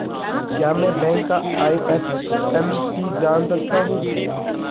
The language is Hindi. क्या मैं बैंक का आई.एफ.एम.सी जान सकता हूँ?